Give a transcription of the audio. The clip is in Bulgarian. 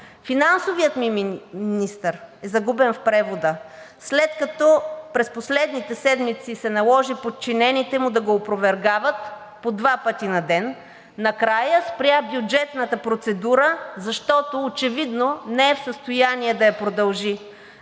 Финансовият Ви министър е загубен в превода. След като през последните седмици се наложи подчинените му да го опровергават по два пъти на ден, накрая спря бюджетната процедура, защото очевидно не е в състояние да я продължи.